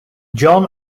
john